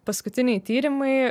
paskutiniai tyrimai